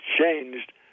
changed